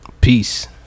Peace